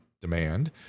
demand